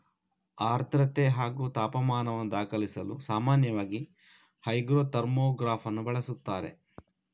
ಆರ್ದ್ರತೆ ಹಾಗೂ ತಾಪಮಾನವನ್ನು ದಾಖಲಿಸಲು ಸಾಮಾನ್ಯವಾಗಿ ಹೈಗ್ರೋ ಥರ್ಮೋಗ್ರಾಫನ್ನು ಬಳಸುತ್ತಾರೆ